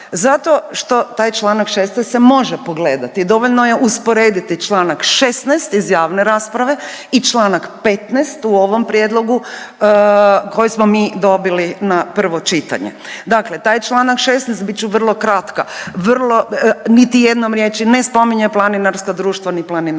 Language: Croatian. Zato što taj članak 16. se može pogledati, dovoljno je usporediti članak 16. iz javne rasprave i članak 15. u ovom prijedlogu koji smo mi dobili na prvo čitanje. Dakle, taj članak 16. bit ću vrlo kratka vrlo, niti jednom riječi ne spominje planinarsko društvo, ni planinarski